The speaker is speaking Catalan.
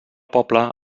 poble